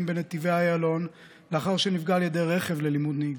בנתיבי איילון לאחר שנפגע על ידי רכב ללימוד נהיגה.